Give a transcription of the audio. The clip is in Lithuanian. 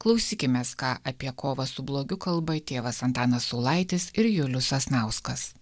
klausykimės ką apie kovą su blogiu kalba tėvas antanas saulaitis ir julius sasnauskas